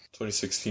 2016